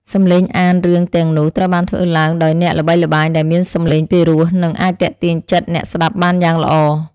សំឡេងអានរឿងទាំងនោះត្រូវបានធ្វើឡើងដោយអ្នកល្បីល្បាញដែលមានសំឡេងពិរោះ និង អាចទាក់ទាញចិត្តអ្នកស្តាប់បានយ៉ាងល្អ។